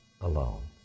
alone